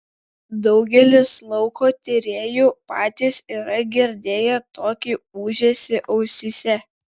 daugelis lauko tyrėjų patys yra girdėję tokį ūžesį ausyse